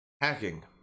hacking